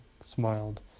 smiled